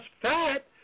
fat